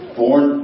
born